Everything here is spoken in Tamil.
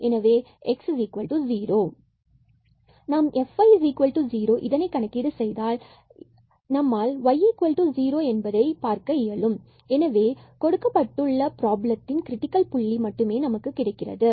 எனவே x0 நாம் fy0 இதை கணக்கீடு செய்தால் நம்மால் y0 இங்கு பார்க்க இயலும் எனவே கொடுக்கப்பட்டுள்ள பிராபலத்தின் கிரிட்டிகல் புள்ளி மட்டுமே நமக்கு கிடைக்கிறது